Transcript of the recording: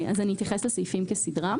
אני אתייחס לסעיפים כסדרם.